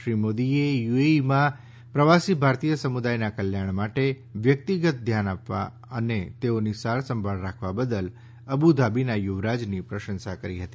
શ્રી મોદીએ યુએઈમાં પ્રવાસી ભારતીય સંમુદાયનાં કલ્યાણ માટે વ્યકિતગત ધ્યાન આપવા અને તેઓની સારસંભાળ રાખવા બદલ અબુધાબીનાં યુવરાજની પ્રશંસા કરી હતી